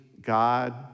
God